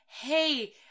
Hey